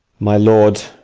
my lord,